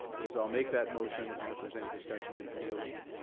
is i'll make that motion and if there's any discussion we can deal with it.